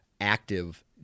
active